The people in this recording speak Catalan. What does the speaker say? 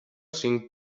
cinc